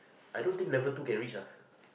I don't think level two can reach lah